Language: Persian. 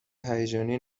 هیجانی